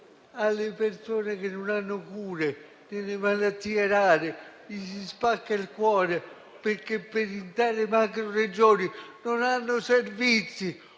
delle persone che non hanno cure, delle malattie rare. Mi si spacca il cuore, perché per intere macroregioni queste persone